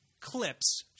clips